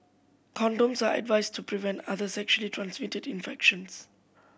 condoms are advised to prevent other sexually transmitted infections